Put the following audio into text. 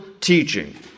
teaching